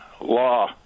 Law